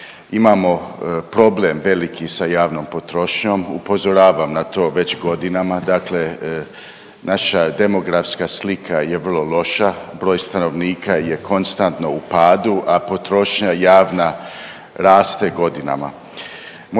imamo problem veliki sa javnom potrošnjom upozoravam na to već godinama, dakle naša demografska slika je vrlo loša, broj stanovnika je konstantno u padu, a potrošnja javna raste godinama.